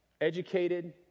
educated